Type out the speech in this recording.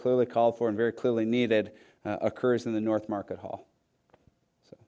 clearly called for in very clearly needed occurs in the north market hall so